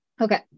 Okay